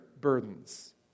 burdens